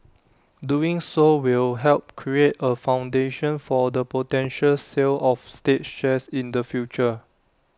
doing so will help create A foundation for the potential sale of state shares in the future